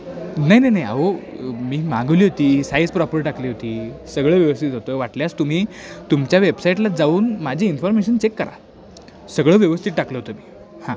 नाही नाही नाही अहो मी मागवली होती साईज प्रॉपर टाकली होती सगळं व्यवस्थित होतं वाटल्यास तुम्ही तुमच्या वेबसाईटला जाऊन माझी इन्फॉर्मेशन चेक करा सगळं व्यवस्थित टाकलं होतं मी हां